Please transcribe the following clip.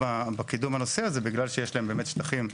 בקידום הנושא הזה בגלל שיש להם באמת שטחים,